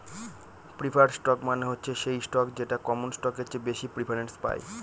preferred stock মানে হচ্ছে সেই স্টক যেটা কমন স্টকের চেয়ে বেশি প্রিফারেন্স পায়